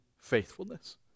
faithfulness